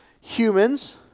humans